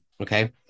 Okay